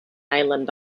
island